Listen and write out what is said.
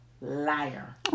liar